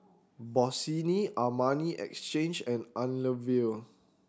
Bossini Armani Exchange and Unilever